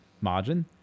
margin